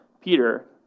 Peter